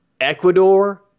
Ecuador-